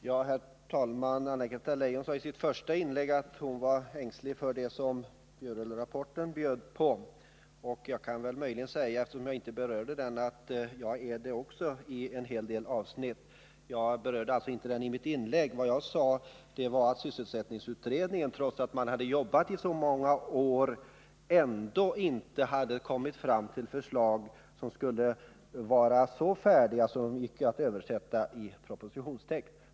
Herr talman! Anna-Greta Leijon sade i sitt första inlägg att hon var ängslig för det som Bjurelrapporten bjöd på. Jag kan möjligen säga att jag är det också i en hel del avsnitt. Jag berörde inte den rapporten i mitt anförande, utan vad jag sade var att sysselsättningsutredningen trots att den hade jobbat iså många år ändå inte hade kommit fram till förslag som var så färdiga att de gick att översätta i propositionstexter.